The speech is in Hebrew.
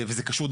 וזה קשור,